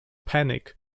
panic